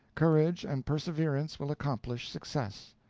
courage and perseverance will accomplish success.